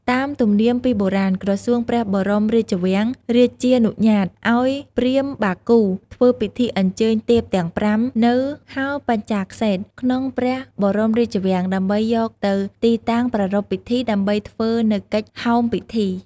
តាមទំនៀមពីបុរាណ ក្រសួងព្រះបរមរាជវាំងរាជានុញាត ឱ្យព្រាហ្មណ៍បាគូ ធ្វើពិធីអញ្ជើញទេពទាំង ៥ នៅ ហោបញ្ចាក្សេត្រ ក្នុងព្រះបរមរាជវាំង ដើម្បីយកទៅទីតាំងប្រារព្ធពិធី ដើម្បីធ្វើនៅកិច្ច "ហោមពិធី" ។